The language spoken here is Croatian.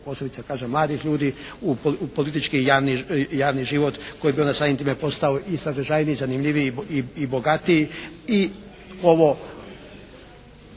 posebice kažem mladih ljudi u politički i javni život, koji bi onda samim time postao i sadržajniji, zanimljiviji i bogatiji. I ovo